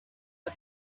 and